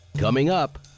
coming up.